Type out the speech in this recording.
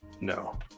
No